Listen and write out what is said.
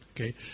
Okay